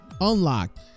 unlocked